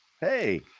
Hey